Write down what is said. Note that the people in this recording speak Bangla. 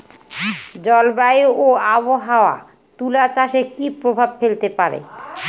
জলবায়ু ও আবহাওয়া তুলা চাষে কি প্রভাব ফেলতে পারে?